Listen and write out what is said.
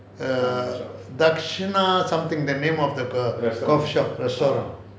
err dakshana something the name of the coffee shop restaurant